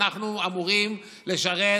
אנחנו אמורים לשרת,